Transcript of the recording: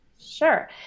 sure